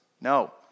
No